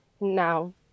Now